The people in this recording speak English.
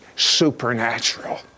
supernatural